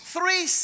Three